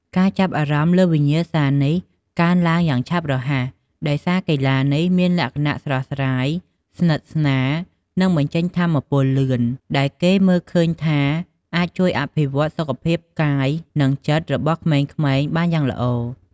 ការចាប់អារម្មណ៍លើវិញ្ញាសានេះកើនឡើងយ៉ាងឆាប់រហ័ស ដោយសារកីឡានេះមានលក្ខណៈស្រស់ស្រាយ ស្និទស្នាល និងបញ្ចេញថាមពលលឿន ដែលគេមើលឃើញថាអាចជួយអភិវឌ្ឍសុខភាពកាយនិងចិត្តរបស់ក្មេងៗបានយ៉ាងល្អ។